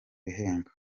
bihembo